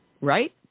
right